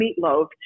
meatloaf